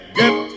get